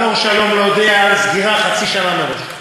על "אור שלום" להודיע על סגירה חצי שנה מראש.